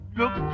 look